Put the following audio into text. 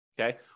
Okay